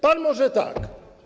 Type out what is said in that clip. Pan może tak.